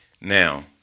Now